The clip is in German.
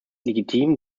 legitim